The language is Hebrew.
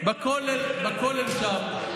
בכולל שם,